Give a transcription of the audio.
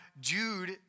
Jude